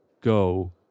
go